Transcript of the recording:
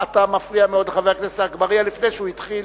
אתה מפריע מאוד לחבר הכנסת אגבאריה לפני שהוא התחיל,